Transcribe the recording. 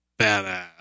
badass